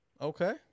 Okay